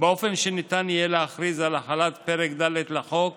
באופן שניתן יהיה להכריז על החלת פרק ד' לחוק